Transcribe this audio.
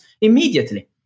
immediately